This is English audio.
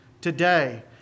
today